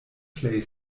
plej